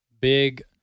big